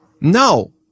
No